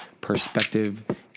perspective